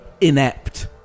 Inept